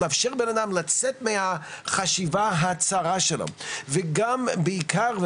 לאפשר לבן אדם לצאת מהחשיבה הצרה שלו וגם ובעיקר,